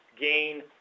gain